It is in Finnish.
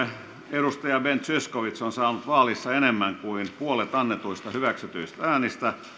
edustaja ben zyskowicz on saanut vaalissa enemmän kuin puolet annetuista hyväksytyistä äänistä